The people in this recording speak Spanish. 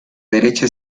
derecha